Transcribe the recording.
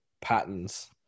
patterns